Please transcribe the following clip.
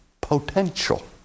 potential